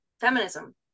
feminism